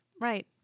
Right